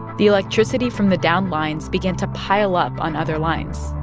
the electricity from the downed lines began to pile up on other lines,